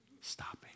stopping